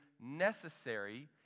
necessary